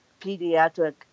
pediatric